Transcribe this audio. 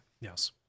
Yes